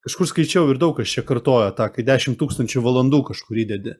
kažkur skaičiau ir daug kas čia kartoja tą kai dešimt tūkstančių valandų kažkur įdedi